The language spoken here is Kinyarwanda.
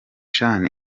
sean